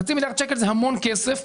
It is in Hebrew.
חצי מיליארד שקלים זה המון כסף.